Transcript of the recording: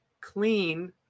clean